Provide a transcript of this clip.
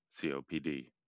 COPD